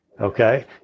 Okay